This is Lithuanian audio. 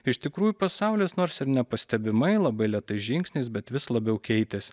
iš tikrųjų pasaulis nors ir nepastebimai labai lėtais žingsniais bet vis labiau keitėsi